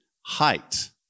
height